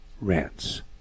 rants